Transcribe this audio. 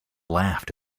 laughed